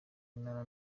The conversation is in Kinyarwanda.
urunana